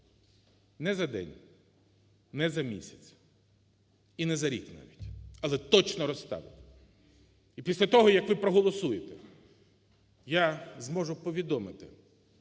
Не за день, не за місяць і не за рік, навіть, але точно розставить. І після того, як ви проголосуєте, я зможу повідомити